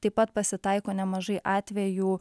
taip pat pasitaiko nemažai atvejų